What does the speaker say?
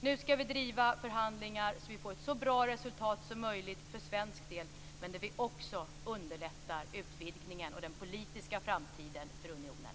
Nu skall vi driva förhandlingar så att vi får ett så bra resultat som möjligt för svensk del, men där vi också underlättar för utvidgningen och den politiska framtiden för unionen.